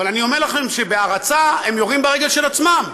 אבל אני אומר לכם שבהרצה הם יורים ברגל של עצמם.